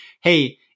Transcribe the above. hey